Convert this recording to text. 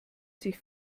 sich